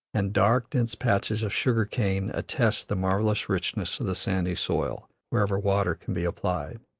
and dark, dense patches of sugar-cane attest the marvellous richness of the sandy soil, wherever water can be applied.